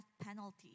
penalty